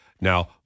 Now